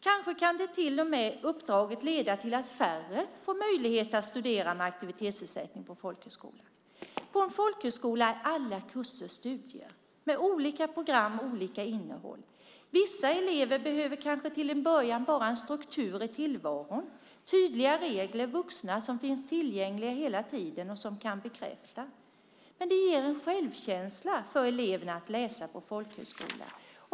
Kanske kan till och med uppdraget leda till att färre får möjlighet att studera med aktivitetsersättning på folkhögskola. På en folkhögskola är alla kurser studier med olika program och med olika innehåll. Vissa elever behöver kanske till en början bara en struktur i tillvaron, tydliga regler och vuxna som finns tillgängliga hela tiden och som kan bekräfta. Men det ger en självkänsla för eleverna att läsa på folkhögskola.